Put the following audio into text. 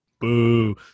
Boo